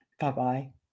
Bye-bye